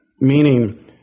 Meaning